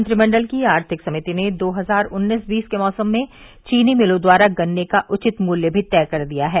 मंत्रिमंडल की आर्थिक समिति ने दो हजार उन्नीस बीस के मौसम में चीनी मिलों द्वारा गन्ने का उचित मूल्य भी तय कर दिया है